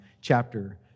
chapter